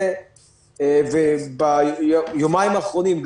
וביומיים האחרונים,